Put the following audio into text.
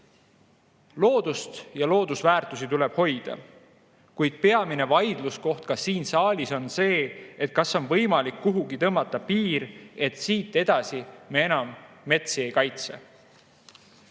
Loodust ja loodusväärtusi tuleb hoida, kuid peamine vaidluskoht ka siin saalis on see, kas on võimalik kuhugi tõmmata piir, et siit edasi me enam metsi ei kaitse.